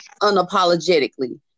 unapologetically